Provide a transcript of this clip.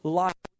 life